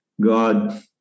God